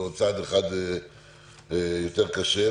ועוד צעד אחד יותר קשה.